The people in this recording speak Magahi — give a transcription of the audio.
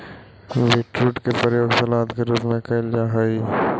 बीटरूट के प्रयोग सलाद के रूप में कैल जा हइ